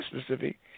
specific